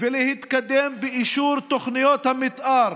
ולהתקדם באישור תוכניות המתאר,